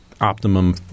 optimum